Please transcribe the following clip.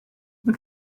look